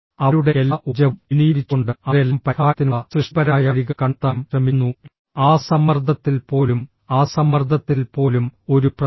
അവരുടെ എല്ലാ ഊർജ്ജവും വിനിയോഗിച്ചുകൊണ്ട് അവരെല്ലാം പരിഹാരത്തിനുള്ള സൃഷ്ടിപരമായ വഴികൾ കണ്ടെത്താനും ശ്രമിക്കുന്നു ആ സമ്മർദ്ദത്തിൽ പോലും ആ സമ്മർദ്ദത്തിൽ പോലും ഒരു പ്രശ്നം